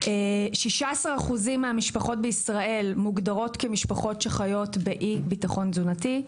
16% אחוזים מהמשפחות בישראל מוגדרות כמשפחות שחיות באי ביטחון תזונתי,